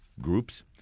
groups